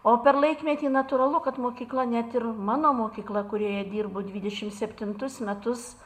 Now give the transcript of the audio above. o per laikmetį natūralu kad mokykla net ir mano mokykla kurioje dirbu dvidešimt septintus metus